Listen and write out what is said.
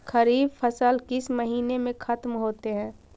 खरिफ फसल किस महीने में ख़त्म होते हैं?